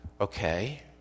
okay